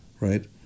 right